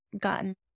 gotten